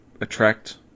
attract